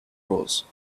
rose